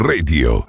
Radio